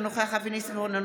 אינו נוכח אבי ניסנקורן,